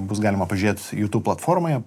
bus galima pažiūrėt youtube platformoje